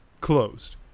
closed